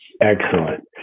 Excellent